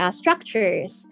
structures